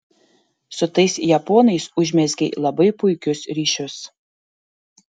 su tais japonais užmezgei labai puikius ryšius